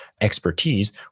expertise